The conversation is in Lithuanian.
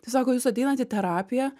tai sako jūs ateinat į terapiją